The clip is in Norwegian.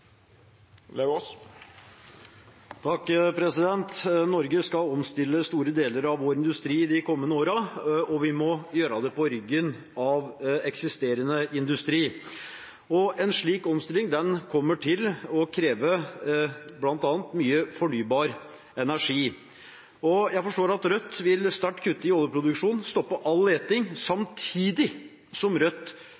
Norge skal omstille store deler av vår industri de kommende årene, og vi må gjøre det på ryggen av eksisterende industri. En slik omstilling kommer til å kreve bl.a. mye fornybar energi. Jeg forstår at Rødt vil kutte sterkt i oljeproduksjonen og stoppe all leting,